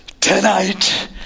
tonight